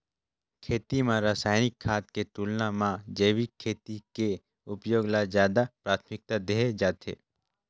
खेती म रसायनिक खाद के तुलना म जैविक खेती के उपयोग ल ज्यादा प्राथमिकता देहे जाथे